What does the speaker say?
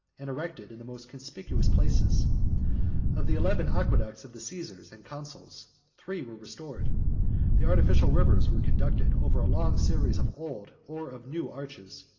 and erected in the most conspicuous places of the eleven aqueducts of the caesars and consuls, three were restored the artificial rivers were conducted over a long series of old, or of new arches,